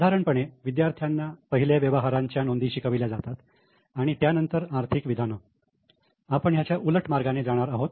साधारणपणे विद्यार्थ्यांना पहिले व्यवहारांच्या नोंदी शिकवल्या जातात आणि त्यानंतर आर्थिक विधान आपण ह्याच्या उलट मार्गाने जात आहोत